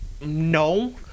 No